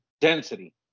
density